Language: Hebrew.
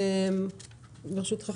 ברשותך,